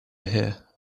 here